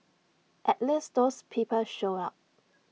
at least those people showed up